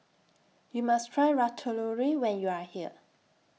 YOU must Try Ratatouille when YOU Are here